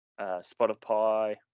Spotify